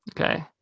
Okay